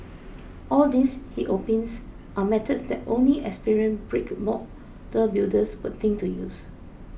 all these he opines are methods that only experienced brick model builders would think to use